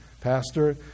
pastor